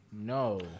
No